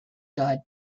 dodd